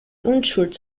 unschuld